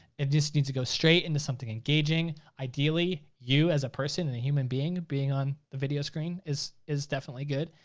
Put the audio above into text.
it just needs to go straight into something engaging. ideally you as a person and a human being, being on the video screen is is definitely good.